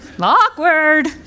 awkward